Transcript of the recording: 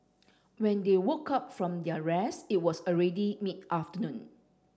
when they woke up from their rest it was already mid afternoon